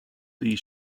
these